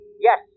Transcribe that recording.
Yes